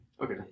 Okay